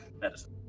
medicine